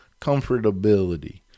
comfortability